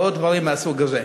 ועוד דברים מהסוג הזה.